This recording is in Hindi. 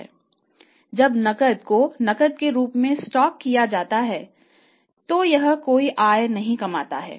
जब नकद को नकद के रूप में स्टॉक किया जाता है तो यह कोई आय नहीं कमाता है